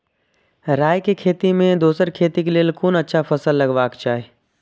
राय के खेती मे दोसर खेती के लेल कोन अच्छा फसल लगवाक चाहिँ?